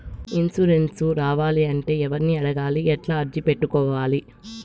Insurance రావాలంటే ఎవర్ని అడగాలి? ఎట్లా అర్జీ పెట్టుకోవాలి?